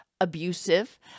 abusive